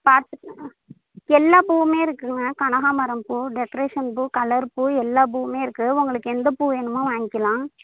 பார்த்து எல்லா பூவுமே இருக்குதுங்க கனகாம்பரம் பூ டெக்ரேஷன் பூ கலர் பூ எல்லா பூவுமே இருக்குது உங்களுக்கு எந்த பூ வேணுமோ வாங்கிக்கிலாம்